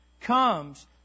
comes